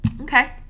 Okay